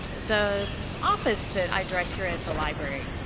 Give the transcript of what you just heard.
the office that i direct here at the library,